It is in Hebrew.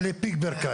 אבל היה לי פיק ברכיים,